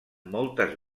moltes